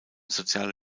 soziale